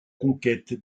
conquête